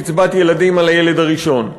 ילדים מביטוח לאומי על הילד הראשון.